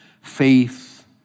faith